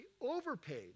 overpaid